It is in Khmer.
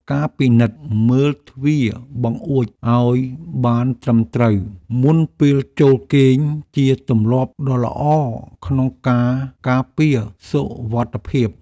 ការពិនិត្យមើលទ្វារបង្អួចឱ្យបានត្រឹមត្រូវមុនពេលចូលគេងជាទម្លាប់ដ៏ល្អក្នុងការការពារសុវត្ថិភាព។